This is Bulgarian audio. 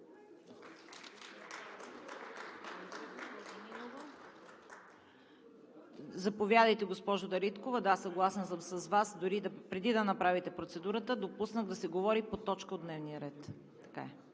КАРАЯНЧЕВА: Госпожо Дариткова, съгласна съм с Вас – преди да направите процедурата, допуснах да се говори по точка от дневния ред. Така е.